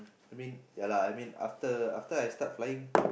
I mean ya lah I mean after after I start flying